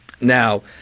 now